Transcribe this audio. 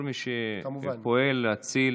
כל מי שפועל להציל